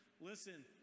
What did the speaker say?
Listen